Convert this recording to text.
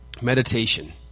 Meditation